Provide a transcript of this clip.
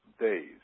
days